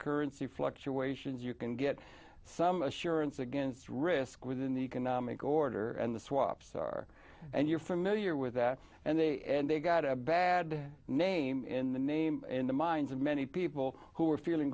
currency fluctuations you can get some assurance against risk within the economic order and the swaps are and you're familiar with that and they and they got a bad name in the name in the minds of many people who were feeling